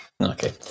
Okay